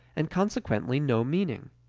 and consequently no meaning.